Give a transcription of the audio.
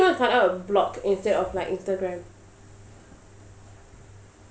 why you want to start up a blog instead of like Instagram